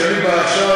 כשאני בא עכשיו,